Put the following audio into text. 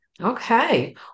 Okay